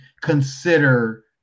consider